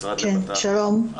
המשרד לבט"פ,